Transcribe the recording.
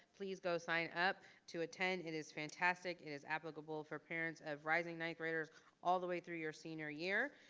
please go sign up to attend. it is fantastic. it is applicable for parents of rising ninth graders all the way through your senior year,